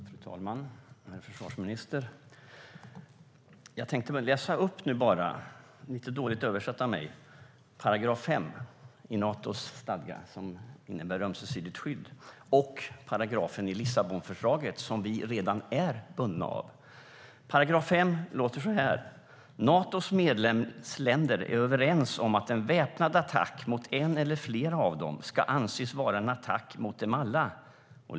Fru talman! Herr försvarsminister! Jag tänkte läsa upp, lite dåligt översatt av mig, § 5 i Natos stadgar, som innebär ömsesidigt skydd, och sedan den paragraf i Lissabonfördraget som vi redan är bundna av. § 5 låter så här: Natos medlemsländer är överens om att en väpnad attack mot ett eller flera av dem ska anses vara en attack mot dem alla.